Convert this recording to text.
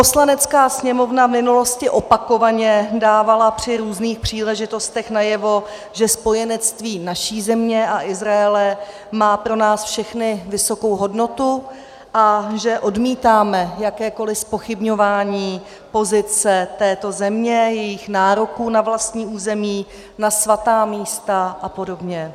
Poslanecká sněmovna v minulosti opakovaně dávala při různých příležitostech najevo, že spojenectví naší země a Izraele má pro nás všechny vysokou hodnotu a že odmítáme jakékoliv zpochybňování pozice této země, jejich nároku na vlastní území, na svatá místa a podobně.